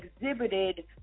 exhibited